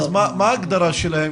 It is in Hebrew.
אז מה ההגדרה שלהם?